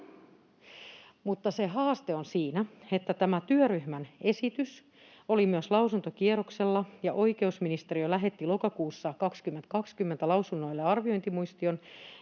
Mutta se haaste on siinä, että tämä työryhmän esitys oli myös lausuntokierroksella ja oikeusministeriö lähetti lokakuussa 2020 lausunnoille arviointimuistion,